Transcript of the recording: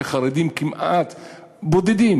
וחרדים בודדים